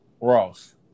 Ross